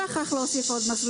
להוסיף עוד מסלול